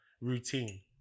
routine